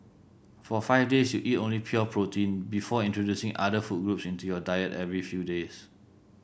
for five days you eat only pure protein before introducing other food groups into your diet every few days